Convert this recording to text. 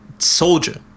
Soldier